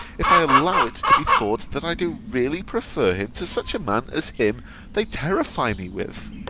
if i allow it to be thought that i do really prefer him to such a man as him they terrify me with?